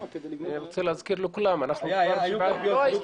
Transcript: היו קלפיות.